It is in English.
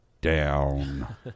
down